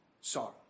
Sorrow